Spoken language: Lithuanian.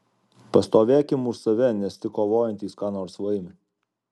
pastovėkim už save nes tik kovojantys ką nors laimi